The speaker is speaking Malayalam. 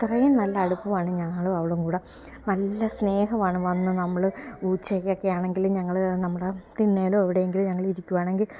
അത്രയും നല്ല അടുപ്പമാണ് ഞങ്ങളും അവളും കൂടെ നല്ല സ്നേഹമാണ് വന്ന് നമ്മള് ഉച്ചയ്ക്കൊക്കെ ആണെങ്കില് ഞങ്ങള് നമ്മുടെ തിണ്ണയിലോ എവിടെയെങ്കിലും ഞങ്ങള് ഇരിക്കുവാണെങ്കില്